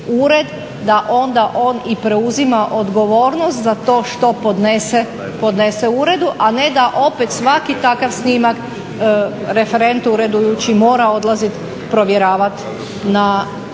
da onda on i preuzima odgovornost za to što podnese uredu, a ne da opet svaki takav snimak referent uredujući mora odlaziti provjeravati na teren.